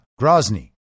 Grozny